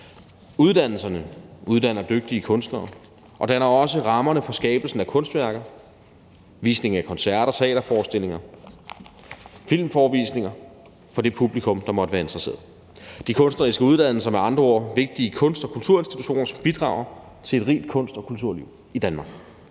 Uddannelserne uddanner dygtige kunstnere og danner også rammerne for skabelsen af kunstværker, koncerter, teaterforestillinger og filmforevisninger for det publikum, der måtte være interesseret. De kunstneriske uddannelser er med andre ord vigtige kunst- og kulturinstitutioners bidrag til et rigt kunst- og kulturliv i Danmark.